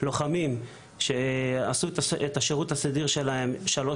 לוחמים שעשו את השירות הסדיר שלהם שלוש